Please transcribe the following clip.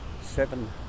seven